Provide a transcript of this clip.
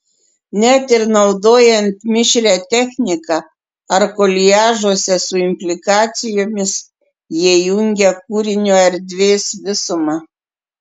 net ir naudojant mišrią techniką ar koliažuose su implikacijomis jie jungia kūrinio erdvės visumą